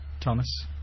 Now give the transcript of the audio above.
Thomas